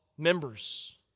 members